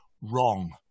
wrong